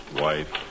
wife